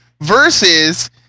versus